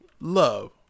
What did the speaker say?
love